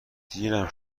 دیرم